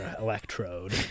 electrode